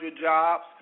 jobs